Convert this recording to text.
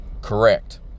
correct